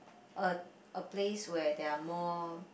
a a place where there're more